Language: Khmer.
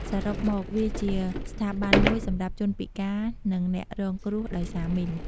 សរុបមក វាជាស្ថាប័នមួយសម្រាប់ជនពិការ និងអ្នករងគ្រោះដោយសារមីន។